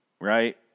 right